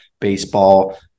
baseball